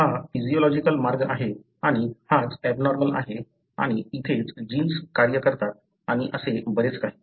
हा फिजियोलॉजिकल मार्ग आहे आणि हाच एबनॉर्मल आहे आणि इथेच जीन्स कार्य करतात आणि असे बरेच काही